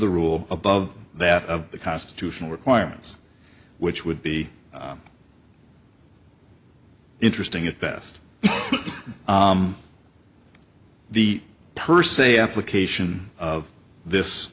the rule above that of the constitutional requirements which would be interesting at best the per se application of this